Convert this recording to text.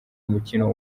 umukino